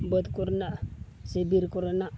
ᱵᱟᱹᱫᱽ ᱠᱚᱨᱮᱱᱟᱜ ᱥᱮ ᱵᱤᱨ ᱠᱚᱨᱮᱱᱟᱜ